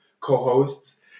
co-hosts